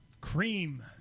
Cream